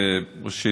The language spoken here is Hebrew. ראשית,